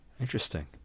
interesting